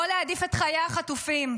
או להעדיף את חיי החטופים.